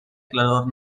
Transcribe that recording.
claror